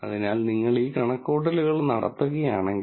അതിനാൽ നിങ്ങൾ ഈ കണക്കുകൂട്ടൽ നടത്തുകയാണെങ്കിൽ